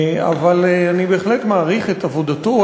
אבל אני בהחלט מעריך את עבודתו,